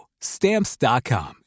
Stamps.com